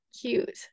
cute